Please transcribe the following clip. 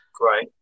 Right